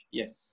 yes